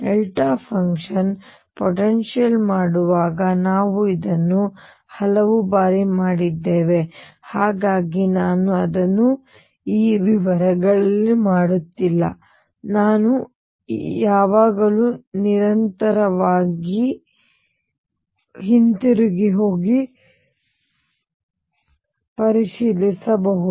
delta function potential ಮಾಡುವಾಗ ನಾವು ಇದನ್ನು ಹಲವು ಬಾರಿ ಮಾಡಿದ್ದೇವೆ ಹಾಗಾಗಿ ನಾನು ಅದನ್ನು ಇಲ್ಲಿ ವಿವರಗಳಲ್ಲಿ ಮಾಡುತ್ತಿಲ್ಲ ನಾನು ಯಾವಾಗಲೂ ಹಿಂತಿರುಗಿ ಹೋಗಿ ಪರಿಶೀಲಿಸಬಹುದು